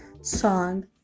song